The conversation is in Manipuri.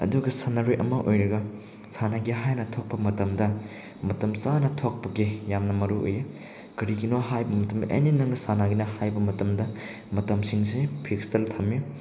ꯑꯗꯨꯒ ꯁꯥꯟꯅꯔꯣꯏ ꯑꯃ ꯑꯣꯏꯔꯒ ꯁꯥꯟꯅꯒꯦ ꯍꯥꯏꯅ ꯊꯣꯛꯄ ꯃꯇꯝꯗ ꯃꯇꯝ ꯆꯥꯅ ꯊꯣꯛꯄꯒꯤ ꯌꯥꯝꯅ ꯃꯔꯨꯑꯣꯏ ꯀꯔꯤꯒꯤꯅꯣ ꯍꯥꯏꯕ ꯃꯇꯝꯗ ꯑꯦꯅꯤ ꯅꯪꯅ ꯁꯥꯟꯅꯒꯦꯅ ꯍꯥꯏꯕ ꯃꯇꯝꯗ ꯃꯇꯝꯁꯤꯡꯁꯦ ꯐꯤꯛꯁꯇ ꯊꯝꯃꯦ